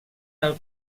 del